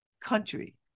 country